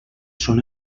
són